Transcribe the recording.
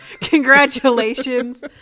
Congratulations